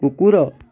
କୁକୁର